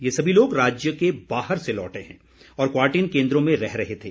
ये सभी लोग राज्य के बाहर से लौटे हैं और क्वारंटीन केन्द्रों में रह रहे थे